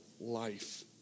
life